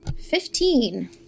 Fifteen